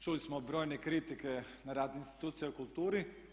Čuli smo brojne kritike na rad institucija u kulturi.